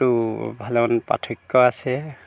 তো ভালেমান পাৰ্থক্য আছে